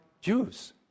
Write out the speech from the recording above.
Jews